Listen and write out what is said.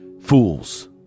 Fools